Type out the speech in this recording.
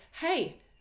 Hey